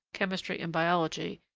chemistry, and biology,